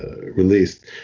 released